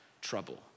trouble